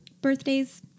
birthdays